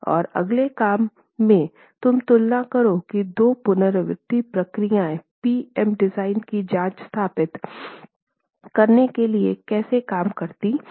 और अगले काम में तुम तुलना करो कि 2 पुनरावृति प्रक्रियाएं पी एम डिज़ाइन की जांच स्थापित करने के लिए कैसे काम करती हैं